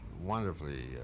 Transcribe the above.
wonderfully